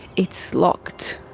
it's locked,